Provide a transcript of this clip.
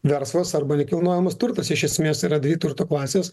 verslas arba nekilnojamas turtas iš esmės yra dvi turto klasės